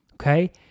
okay